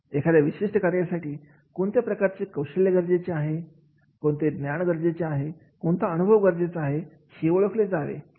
एखाद्या विशिष्ट कार्यासाठी कोणत्या प्रकारचे कौशल्य गरजेचे आहेत ज्ञान गरजेचे आहे कोणता अनुभव गरजेचा आहे हे ओळखले जावे